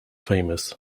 famous